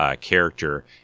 character